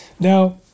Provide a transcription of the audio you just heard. Now